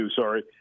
sorry